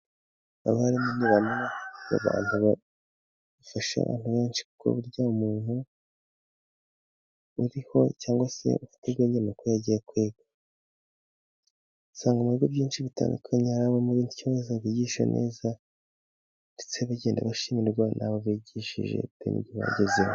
Abarimu ni bamwe mu bantu bafasha abantu benshi, kuko umuntu uriho cyangwa se utegenya kuba yarya kwiga, usanga ibigo byinshi bitandukanye harityo bazabigisha ndetse bagenda bashimirwa nabo bigishije bitewe nibyo bagezeho.